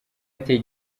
yateye